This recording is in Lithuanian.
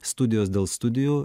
studijos dėl studijų